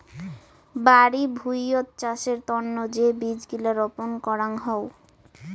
বাড়ি ভুঁইয়ত চাষের তন্ন যে বীজ গিলা রপন করাং হউ